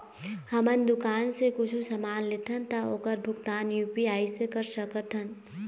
हमन दुकान से कुछू समान लेथन ता ओकर भुगतान यू.पी.आई से कर सकथन?